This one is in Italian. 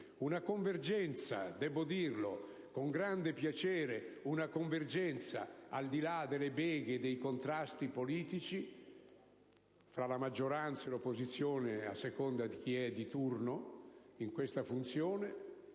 di convergenza - devo riconoscerlo con grande piacere - al di là delle beghe e dei contrasti politici, fra la maggioranza e l'opposizione, a seconda di chi è di turno in questa funzione.